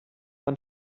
man